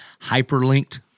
hyperlinked